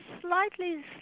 slightly